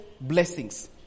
blessings